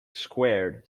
squared